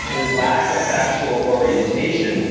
his lack of factual orientation.